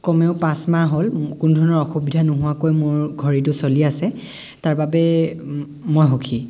কমেও পাঁচ মাহ হ'ল কোনোধৰণৰ অসুবিধা নোহোৱাকৈ মোৰ ঘড়ীটো চলি আছে তাৰ বাবে মই সুখী